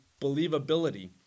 believability